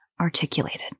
articulated